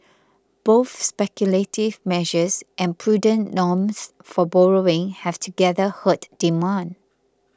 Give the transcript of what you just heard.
both speculative measures and prudent norms for borrowing have together hurt demand